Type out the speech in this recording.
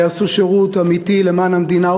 ויעשו שירות אמיתי למען המדינה.